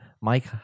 Mike